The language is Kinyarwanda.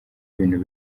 ibintu